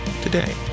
today